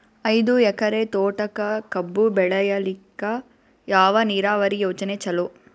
ಐದು ಎಕರೆ ತೋಟಕ ಕಬ್ಬು ಬೆಳೆಯಲಿಕ ಯಾವ ನೀರಾವರಿ ಯೋಜನೆ ಚಲೋ?